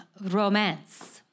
Romance